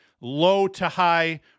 low-to-high